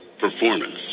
Performance